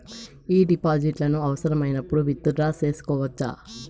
ఈ డిపాజిట్లను అవసరమైనప్పుడు విత్ డ్రా సేసుకోవచ్చా?